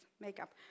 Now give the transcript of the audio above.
makeup